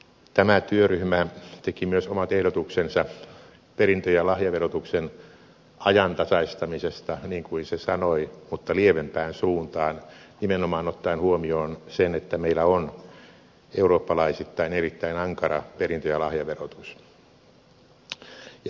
tämä työryhmä teki myös omat ehdotuksensa perintö ja lahjaverotuksen ajantasaistamisesta niin kuin se sanoi mutta lievempään suuntaan nimenomaan ottaen huomioon sen että meillä on eurooppalaisittain erittäin ankara perintö ja lahjaverotus